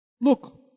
Look